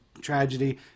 tragedy